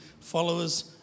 followers